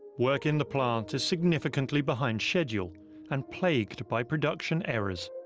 work in the plant is significantly behind schedule and plagued by production errors.